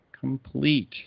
complete